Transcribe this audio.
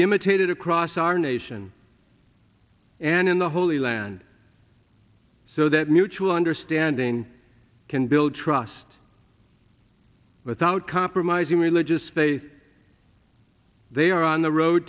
imitated across our nation and in the holy land so that mutual understanding can build trust without compromising religious faith they are on the road